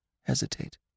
hesitate